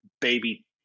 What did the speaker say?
baby